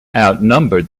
outnumbered